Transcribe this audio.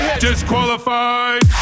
Disqualified